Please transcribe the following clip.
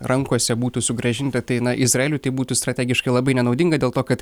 rankose būtų sugrąžinta tai na izraeliui tai būtų strategiškai labai nenaudinga dėl to kad